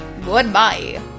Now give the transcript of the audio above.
Goodbye